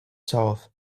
south